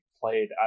played